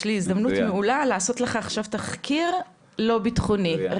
יש לי הזדמנות לעשות לך עכשיו תחקיר לא ביטחוני,